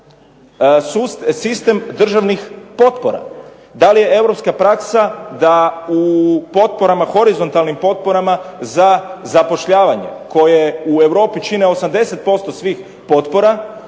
sistem državnih potpora? Da li je europska praksa da u horizontalnim potporama za zapošljavanje koje u Europi čine 80% svih potpora,